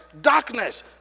darkness